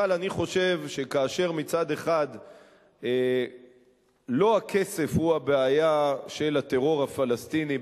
אבל אני חושב שכאשר מצד אחד לא הכסף הוא הבעיה של הטרור הפלסטיני,